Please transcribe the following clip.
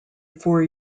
four